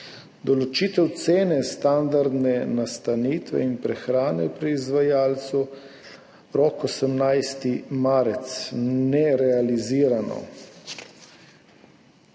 Določitev cene standardne nastanitve in prehrane pri izvajalcu, rok 18. marec, nerealizirano.